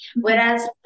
Whereas